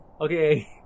Okay